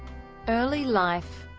early life